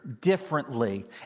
differently